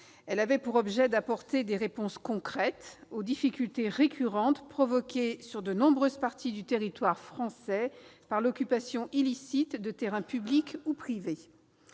Elle avait pour objet d'apporter des réponses concrètes aux difficultés récurrentes provoquées, sur de nombreuses parties du territoire français, par l'occupation illicite de terrains publics ou privés.